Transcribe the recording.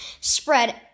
spread